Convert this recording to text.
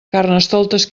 carnestoltes